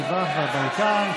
המזרח והבלקן?